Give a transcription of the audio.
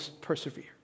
persevere